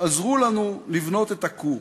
עזרו לנו לבנות את הכור.